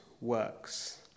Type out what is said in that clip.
works